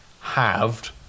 halved